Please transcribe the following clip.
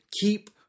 keep